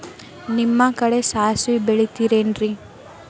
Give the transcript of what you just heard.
ನಿಮ್ಮ ಕಡೆ ಸಾಸ್ವಿ ಬೆಳಿತಿರೆನ್ರಿ?